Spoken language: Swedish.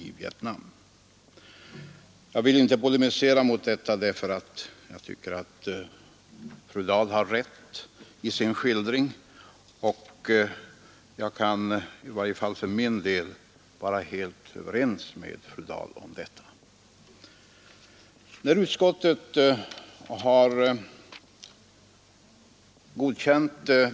Jag vill inte polemisera mot detta därför att jag tycker att fru Dahl har rätt i sin skildring, och jag kan i varje fall för min del vara helt överens med fru Dahl i detta avseende.